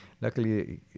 luckily